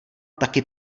taky